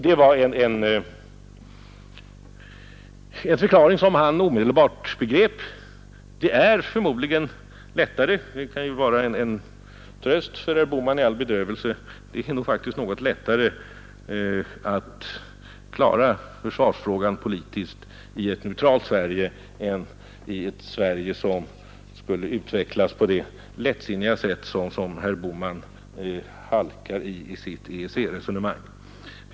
Det var en förklaring som han omedelbart begrep. Det är något lättare — det kan ju vara en tröst för herr Bohman i all bedrövelse — att klara försvarsfrågan politiskt i ett neutralt Sverige än i ett Sverige som skulle utvecklas efter den linje som herr Bohman lättsinnigt halkar in på i sitt EEC-resonemang.